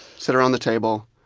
sit around the table,